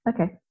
Okay